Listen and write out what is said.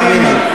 תאמינו לי.